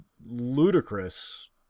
ludicrous